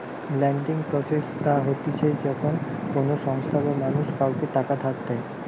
lending process তা হতিছে যখন কোনো সংস্থা বা মানুষ কাওকে টাকা ধার দেয়